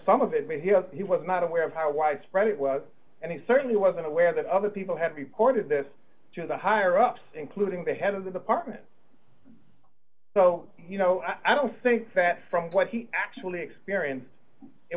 some of it maybe he was not aware of how widespread it was and he certainly wasn't aware that other people had reported this to the higher ups including the head of the department so i don't think that from what he actually experienced it